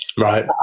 Right